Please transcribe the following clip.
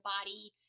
body